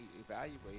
evaluate